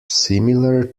similar